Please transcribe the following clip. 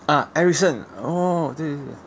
ah ericsson oh 对对对